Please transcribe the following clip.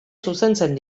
zuzentzen